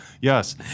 Yes